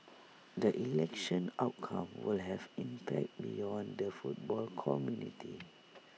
the election outcome will have impact beyond the football community